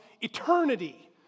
eternity